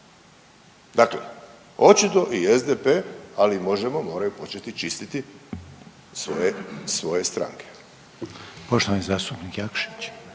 Dakle, očito i SDP, ali i Možemo moraju početi čistiti svoje, svoje